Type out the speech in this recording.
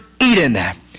Eden